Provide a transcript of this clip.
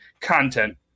content